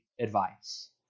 advice